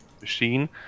machine